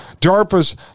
DARPA's